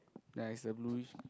nice the bluish